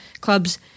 clubs